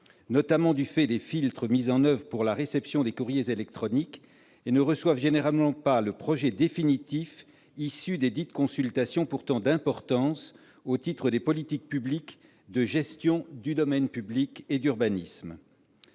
notamment du fait des filtres mis en oeuvre pour la réception des courriers électroniques. J'ajoute que ces collectivités et leurs groupements ne reçoivent généralement pas le projet définitif issu desdites consultations, pourtant d'importance au titre des politiques publiques de gestion du domaine public et d'urbanisme.